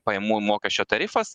pajamų mokesčio tarifas